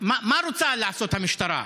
מה רוצה לעשות המשטרה?